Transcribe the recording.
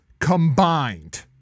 combined